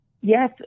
Yes